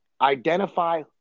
identify